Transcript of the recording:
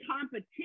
competition